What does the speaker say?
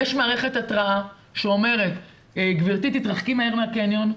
יש מערכת התראה שאומרת 'גבירתי תתרחקי מהר מהקניון,